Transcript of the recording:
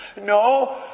No